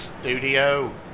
studio